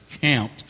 count